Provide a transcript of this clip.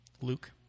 Luke